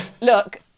look